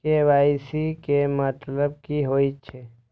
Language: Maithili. के.वाई.सी के मतलब कि होई छै?